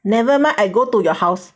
never mind I go to your house